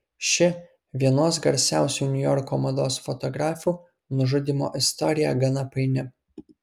ši vienos garsiausių niujorko mados fotografių nužudymo istorija gana paini